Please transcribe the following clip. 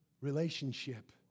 relationship